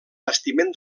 bastiment